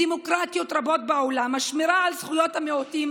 בדמוקרטיות רבות בעולם, השמירה על זכויות המיעוטים